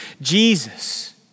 Jesus